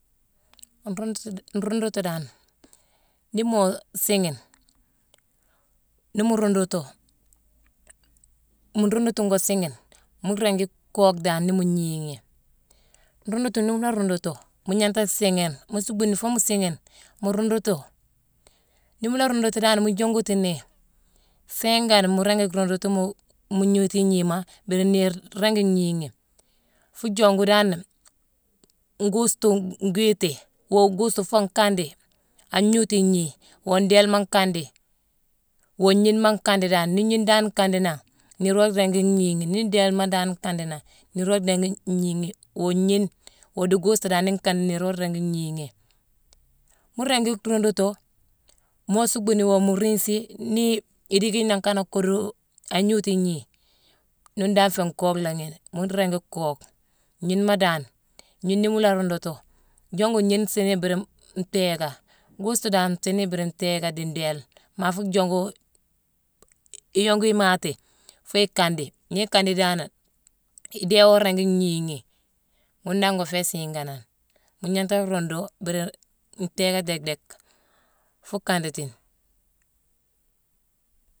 Nruundutu-nruundutu dan, nii moo siighine, nii mu ruundutu, mu nruundutu ngoo siighine, mu ringi kookh dan nii mu gnii ghi. Nruundtu ni mu la ruundutu, mu gnanghta siighine, mu suckbuni foo mu siighine mu ruundutu. Ni mu la ruundutu dan, mu jongutini siigane mu ringi ruundutu mu-mu gnootu igniima, mbiri niir ringi gnii ghi. Fuu jongu dan nkuusu ngwiiti woo kuusu foo nkandi an gnootu gnii, woo ndéélema nkandi, woo ngninema kandi dan. Nii ngniine dan nkandi, niir woo ringi gnii ghi. Nii ndéélema dan nkandi nangh, niir woo ringi gnii ghi. Woo ngniine. Woo dii kuusu dan nii nkandi, niir woo ringi gnii ghi. Mu ringi ruundutu, moo suckbuni woo mu riinsi, nii idiikine nangh kanane kooru an gnootu gnii, nune dan nféé nkoo langhi déé. Mu ringi kookh. Ngniinema dan, ngniine ni mu la ruundutu, jongu ngniine nsiinii, mbiri ntééka. Kuusu dan nsiinii mbiri ntééka dii ndééle. Maa fuu jongu iyongu imaati foo ikandi. Nii ikandi danane, idéé woo ringi gnii ghi. Ghune dan ngoo féé siiganane. Mu gnangta ruundu mbiri ntééké déck-déck. Fuu kanditine.